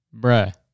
Bruh